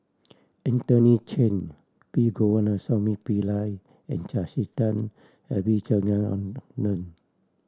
Anthony Chen P Govindasamy Pillai and Jacintha Abisheganaden